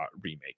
remake